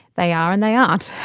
they are and they aren't.